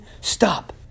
Stop